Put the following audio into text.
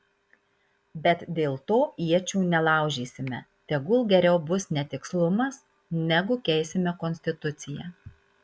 bet dėl to iečių nelaužysime tegul geriau bus netikslumas negu keisime konstituciją